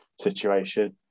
situation